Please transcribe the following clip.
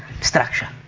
Structure